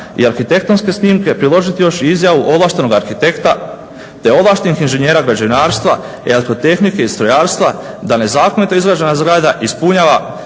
i arhitektonske snimke, priložiti još i izjavu ovlaštenog arhitekta, te ovlaštenih inženjera građevinska, elektrotehnike i strojarstva. Da nezakonito izgrađena zgrada ispunjava